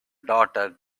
daughter